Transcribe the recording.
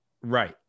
Right